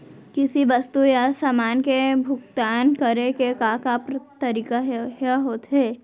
किसी वस्तु या समान के भुगतान करे के का का तरीका ह होथे?